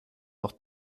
noch